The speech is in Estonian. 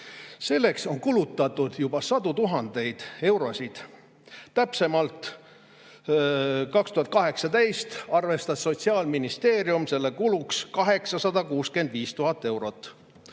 Selleks on kulutatud juba sadu tuhandeid eurosid. Täpsemalt, 2018 arvestas Sotsiaalministeerium selle kuluks 865 000 eurot.